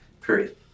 period